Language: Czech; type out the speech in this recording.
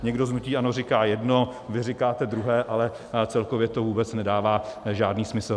Někdo z hnutí ANO říká jedno, vy říkáte druhé, ale celkově to vůbec nedává žádný smysl.